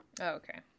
okay